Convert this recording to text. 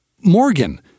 Morgan